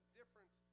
different